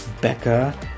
Becca